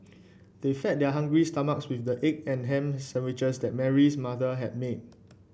they fed their hungry stomachs with the egg and ham sandwiches that Mary's mother had made